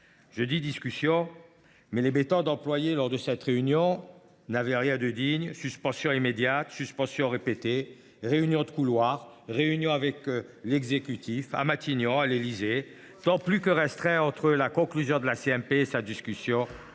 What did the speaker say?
Je dis « discussions », mais les méthodes employées lors de cette réunion n’avaient rien de digne : suspension immédiate, suspensions répétées, réunions de couloirs, réunions avec l’exécutif, à Matignon, à l’Élysée, temps plus que restreint entre la conclusion de la commission